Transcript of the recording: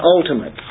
ultimate